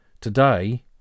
today